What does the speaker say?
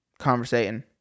conversating